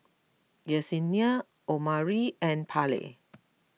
Yessenia Omari and Parley